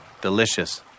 delicious